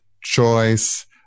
choice